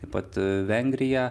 taip pat vengriją